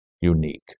unique